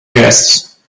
guests